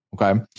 okay